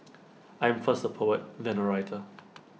I am first A poet then A writer